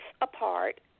apart